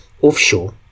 offshore